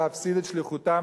להפסיד את שליחותם,